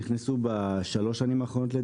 שנכנסו בשלוש השנים האחרונות.